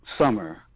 summer